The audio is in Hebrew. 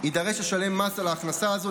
יידרש לשלם מס על ההכנסה הזו,